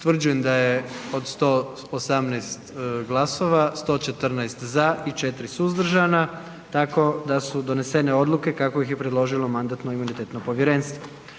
Utvrđujem da je od 118 glasova 114 za i 4 suzdržana, tako da su donesene odluke kako ih je predložilo Mandatno-imunitetno povjerenstvo.